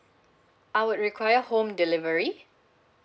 I would require home delivery